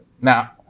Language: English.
Now